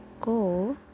go